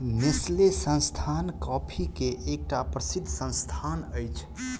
Nestle संस्थान coffee के एकटा प्रसिद्ध संस्थान अछि